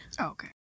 Okay